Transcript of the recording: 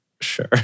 sure